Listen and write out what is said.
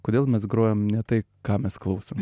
kodėl mes grojam ne tai ką mes klausom